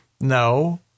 No